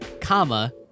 comma